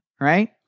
right